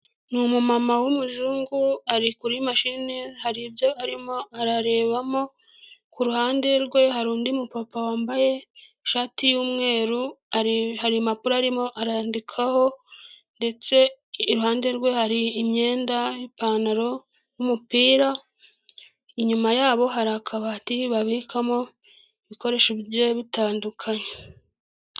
Ni umumama w'umuzungu, ari kuri mashine hari ibyo arimo ararebamo, ku ruhande rwe hari undi mupapa wambaye ishati y'umweru, hari impapuro arimo arandikaho ndetse iruhande rwe hari imyenda ipantaro n'umupira, inyuma yabo hari akabati babikamo ibikoresho bitandukanye.